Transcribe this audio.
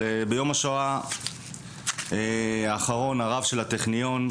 ביום השואה האחרון הרב של הטכניון,